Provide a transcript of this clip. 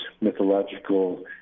mythological